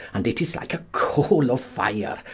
and it is like a coale of fire,